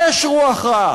יש רוח רעה,